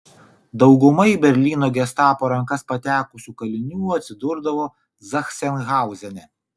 dauguma į berlyno gestapo rankas patekusių kalinių atsidurdavo zachsenhauzene